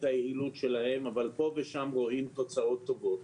היעילות שלהן אבל פה ושם רואים תוצאות טובות.